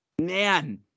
Man